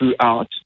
throughout